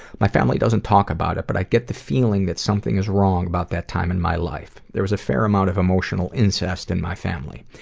my family doesn't talk about it, but i get the feeling, that something is wrong about that time in my life. there was a fair amount of emotional incest in my family.